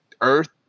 earth